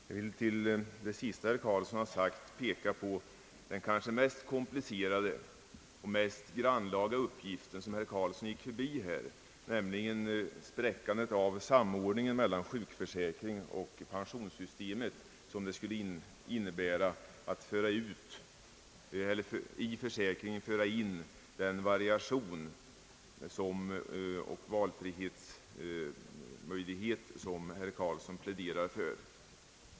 Herr talman! Till det senaste herr Carlsson sade vill jag peka på att den kanske mest komplicerade och grannlaga uppgiften utgör frågan hur man i det enskilda fallet skall ordna den samordning mellan sjukförsäkring och pensionssystemet, som måste lösas om man i den allmänna försäkringen skulle föra in den variation och valfrihetsmöjlighet, som herr Carlsson pläderar för.